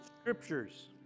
scriptures